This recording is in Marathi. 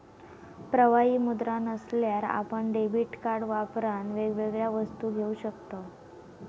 प्रवाही मुद्रा नसल्यार आपण डेबीट कार्ड वापरान वेगवेगळ्या वस्तू घेऊ शकताव